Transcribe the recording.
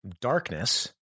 darkness